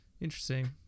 interesting